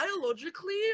biologically